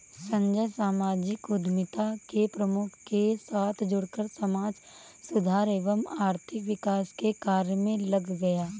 संजय सामाजिक उद्यमिता के प्रमुख के साथ जुड़कर समाज सुधार एवं आर्थिक विकास के कार्य मे लग गया